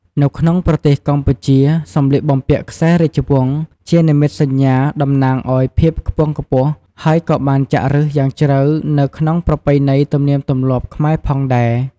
នៅក្នុងប្រទេសកម្ពុជា សម្លៀកបំពាក់ខ្សែរាជវង្សជានិមិត្តសញ្ញាតំណាងឱ្យភាពខ្ពង់ខ្ពស់ ហើយក៏បានចាក់ឬសយ៉ាងជ្រៅនៅក្នុងប្រពៃណីទំនៀមទម្លាប់ខ្មែរផងដែរ។